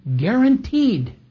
guaranteed